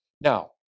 Now